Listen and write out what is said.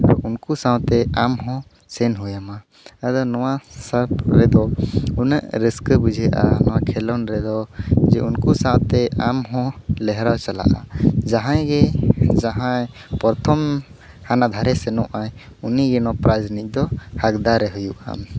ᱩᱱᱠᱩ ᱥᱟᱶᱛᱮ ᱟᱢ ᱦᱚᱸ ᱥᱮᱱ ᱦᱩᱭ ᱟᱢᱟ ᱟᱫᱚ ᱱᱚᱣᱟ ᱥᱟᱨᱠ ᱨᱮᱫᱚ ᱩᱱᱟᱹᱜ ᱨᱟᱹᱥᱠᱟᱹ ᱵᱩᱡᱷᱟᱹᱜᱼᱟ ᱱᱚᱣᱟ ᱠᱷᱮᱞᱳᱰ ᱨᱮᱫᱚ ᱡᱮ ᱩᱱᱠᱩ ᱥᱟᱶᱛᱮ ᱟᱢ ᱦᱚᱢ ᱞᱮᱦᱨᱟ ᱪᱟᱞᱟᱜᱼᱟ ᱡᱟᱦᱟᱸᱭ ᱜᱮ ᱡᱟᱦᱟᱸ ᱯᱚᱨᱛᱷᱚᱢ ᱦᱟᱱᱟ ᱫᱷᱟᱨᱮ ᱥᱮᱱᱚᱜ ᱟᱭ ᱩᱱᱤ ᱜᱮ ᱱᱚᱣᱟ ᱯᱨᱟᱭᱤᱡᱽ ᱨᱮᱱᱤᱡ ᱫᱚ ᱦᱚᱠᱫᱟᱨᱮ ᱦᱩᱭᱩᱜᱼᱟ